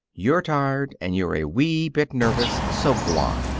you're tired, and you're a wee bit nervous so g'wan,